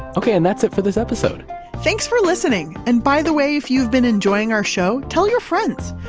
okay. and that's it for this episode thanks for listening. and by the way, if you've been enjoying our show, tell your friends,